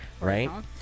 right